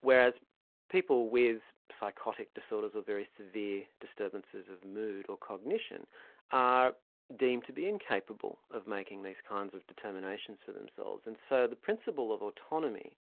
whereas people with psychotic disorders or very severe disturbances of mood or cognition are deemed to be incapable of making these kinds of determinations for themselves. and so the principle of autonomy